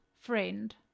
friend